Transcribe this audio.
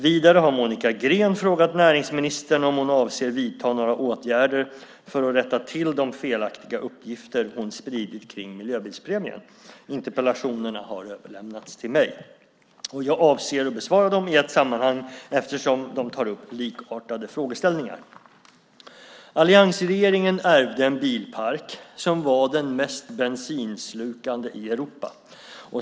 Vidare har Monica Green frågat näringsministern om hon avser att vidta några åtgärder för att rätta till de felaktiga uppgifter hon spridit kring miljöbilspremien. Interpellationerna har överlämnats till mig. Jag avser att besvara dem i ett sammanhang eftersom de tar upp likartade frågeställningar. Alliansregeringen ärvde en bilpark som var den mest bensinslukande i Europa.